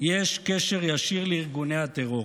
יש קשר ישיר לארגוני הטרור.